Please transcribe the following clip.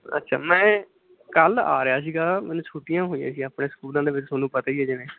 ਅੱਛਾ ਮੈਂ ਕੱਲ੍ਹ ਆ ਰਿਹਾ ਸੀਗਾ ਮੈਨੂੰ ਛੁੱਟੀਆਂ ਹੋਈਆਂ ਸੀ ਆਪਣੇ ਸਕੂਲਾਂ ਦੇ ਵਿੱਚ ਤੁਹਾਨੂੰ ਪਤਾ ਹੀ ਹੈ ਜਿਵੇਂ